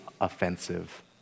offensive